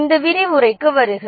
இந்த விரிவுரைக்கு வருக